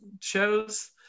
shows